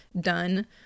done